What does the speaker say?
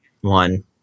one